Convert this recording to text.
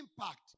impact